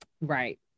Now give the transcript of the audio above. Right